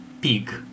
pig